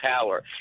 power